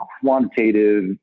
quantitative